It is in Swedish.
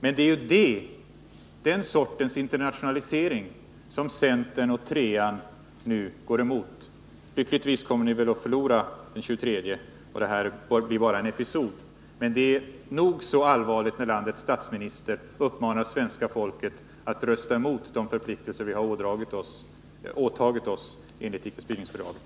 Men det är ju den sortens internationalisering som centern och linje 3 nu går emot! Lyckligtvis kommer ni väl att förlora i folkomröstningen den 23 mars, så det här blir väl bara en episod. Men det är ändå nog så allvarligt när landets statsminister uppmanar svenska folket att rösta emot de förpliktelser vi har påtagit oss enligt icke-spridningsfördraget!